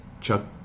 chuck